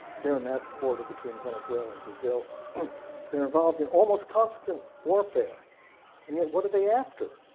they're in that border between venezuela and brazil they're involved in almost constant warfare and yet what are they after?